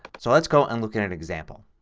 so let's go and look at an example.